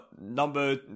number